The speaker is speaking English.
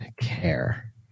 care